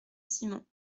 simon